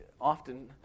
often